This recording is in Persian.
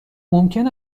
ممکن